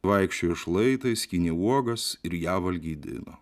vaikščiojo šlaitais skynė uogas ir ją valgydino